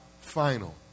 final